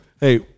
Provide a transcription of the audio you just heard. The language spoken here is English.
Hey